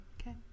Okay